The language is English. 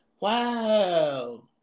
Wow